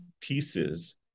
pieces